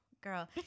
girl